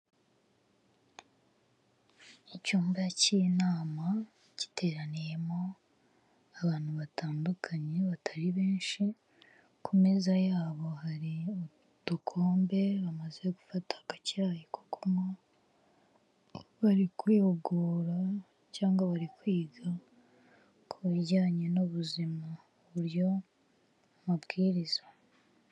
Icyumba cy'inama giteraniyemo abantu batandukanye batari benshi, ku meza yabo hari udukombe bamaze gufata agacyayi ko kunywa, barikwihugu cyangwa bari kwiga, ku bijyanye n'ubuzima buryo mabwiriza.